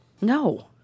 No